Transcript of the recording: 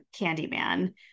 Candyman